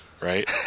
Right